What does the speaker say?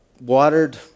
watered